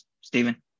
Stephen